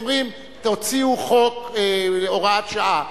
אומרים: הוראת שעה,